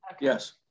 Yes